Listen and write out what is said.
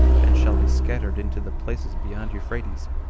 and shall be scattered into the places beyond euphrates,